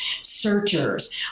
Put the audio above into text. searchers